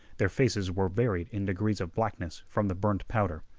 their faces were varied in degrees of blackness from the burned powder.